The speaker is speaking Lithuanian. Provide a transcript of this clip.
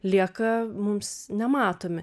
lieka mums nematomi